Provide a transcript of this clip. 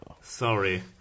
Sorry